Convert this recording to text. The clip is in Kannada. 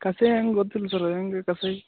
ಕಷಾಯ ಹೆಂಗೆ ಗೊತ್ತಿಲ್ಲ ಸರ್ರ ಹೇಗೆ ಕಷಾಯ